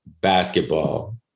basketball